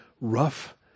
rough